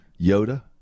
Yoda